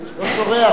לא צורח,